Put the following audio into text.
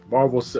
Marvel